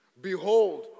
behold